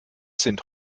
sind